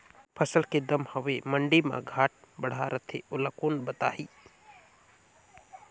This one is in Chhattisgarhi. फसल के दम हवे मंडी मा घाट बढ़ा रथे ओला कोन बताही?